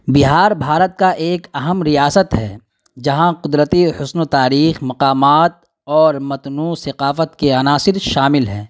بہار بھارت کا ایک اہم ریاست ہے جہاں قدرتی حسن و تاریخ مقامات اور متنوع ثقافت کے عناصر شامل ہیں